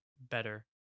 better